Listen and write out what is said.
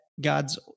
God's